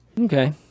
Okay